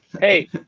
Hey